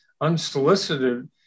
unsolicited